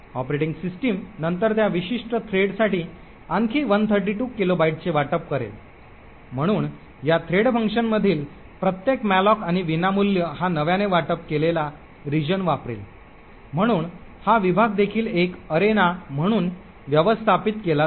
operating system नंतर त्या विशिष्ट थ्रेडसाठी आणखी 132 किलोबाइटचे वाटप करेल म्हणून या थ्रेड फंक्शनमधील प्रत्येक मॅलोक आणि विनामूल्य हा नव्याने वाटप केलेला प्रदेश वापरेल म्हणून हा विभाग देखील एक अरेना म्हणून व्यवस्थापित केला जाईल